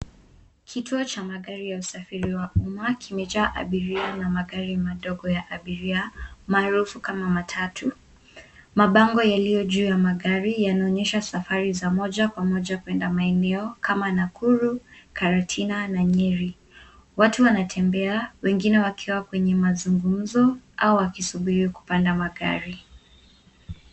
Kituo cha magari ya usafiri wa umma kimejaa abiria na magari madogo ya abiria maarufu kama matatu. Mabango yaliyo juu ya magari yanaonyesha safari za moja kwa moja kuenda maeneo kama Nakuru, Karatina na Nyeri. Watu wanatembea wengine wakiwa kwenye mazungumzo au wakisubiri kupanda magari.